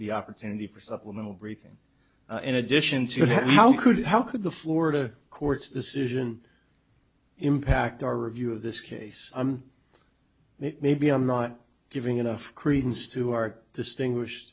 the opportunity for supplemental briefing in addition to how could how could the florida courts decision impact our review of this case maybe i'm not giving enough credence to our distinguish